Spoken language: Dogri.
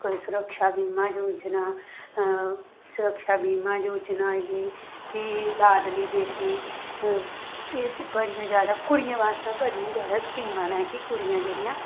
कोई सुरक्षा बीमा योजना सुरक्षा बीमा योजना आई गेई फ्ही लाडली बेटी एह् बड़ियां जैदा कुड़ियें बास्तै बड़ियां जैदा स्कीमां न कि कुड़ियां जेह्ड़ियां